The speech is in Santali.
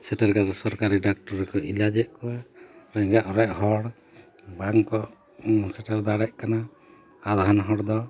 ᱥᱮᱴᱮᱨ ᱠᱟᱛᱮ ᱥᱚᱨᱠᱟᱨᱤ ᱰᱟᱠᱴᱚᱨ ᱨᱮᱠᱚ ᱮᱞᱟᱡᱮᱫ ᱠᱚᱣᱟ ᱨᱮᱸᱜᱮᱡ ᱚᱲᱮᱡ ᱦᱚᱲ ᱵᱟᱝ ᱠᱚ ᱥᱮᱴᱮᱨ ᱫᱟᱲᱮᱭᱟᱜ ᱠᱟᱱᱟ ᱟᱫᱷᱟᱱ ᱦᱚᱲ ᱫᱚ